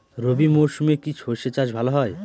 রবি মরশুমে কি সর্ষে চাষ ভালো হয়?